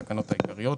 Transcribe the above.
התקנות העיקריות),